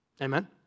amen